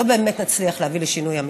לא באמת נצליח להביא לשינוי אמיתי.